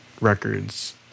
records